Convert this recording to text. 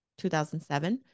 2007